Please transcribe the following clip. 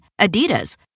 Adidas